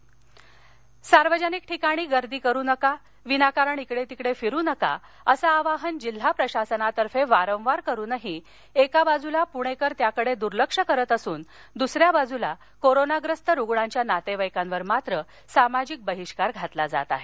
corona पणे जमावमबंदी सार्वजनिक ठिकाणी गर्दी करू नका विनाकारण केडे तिकडे फिरू नका असं आवाहन जिल्हा प्रशासनातर्फे वारंवार करूनही एका बाजूला पृणेकर त्याकडे दूर्लक्ष करत असुन दूसऱ्या बाजूला कोरोनाग्रस्त रुग्णांच्या नातेवाईकांवर मात्र सामाजिक बहिष्कार घातला जात आहे